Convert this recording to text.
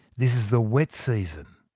this is the wet season,